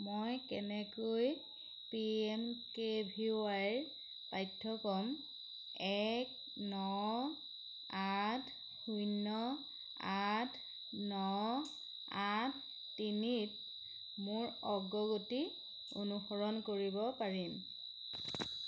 মই কেনেকৈ P M K V ৱাইৰ পাঠ্যক্ৰম এক ন আঠ শূন্য আঠ ন আঠ তিনিত মোৰ অগ্ৰগতি অনুসৰণ কৰিব পাৰিম